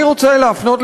אני רוצה להפנות,